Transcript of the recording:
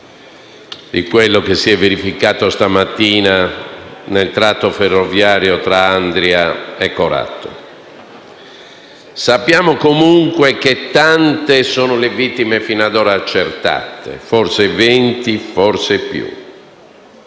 disastro che si è verificato questa mattina nel tratto ferroviario tra Andria e Corato. Sappiamo, comunque, che tante sono le vittime finora accertate (forse 20, forse più)